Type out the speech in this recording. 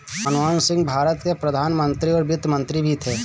मनमोहन सिंह भारत के प्रधान मंत्री और वित्त मंत्री भी थे